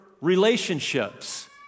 relationships